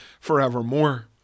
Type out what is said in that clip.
forevermore